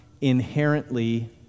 inherently